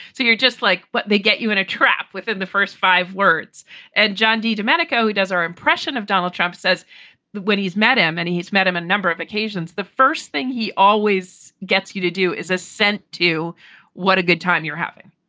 so you're just like, what, they get you in a trap? within the first five words at john de domenica, who does our impression of donald trump, says when he's met him and he's met him a number of occasions. the first thing he always gets you to do is assent to what a good time you're having.